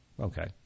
Okay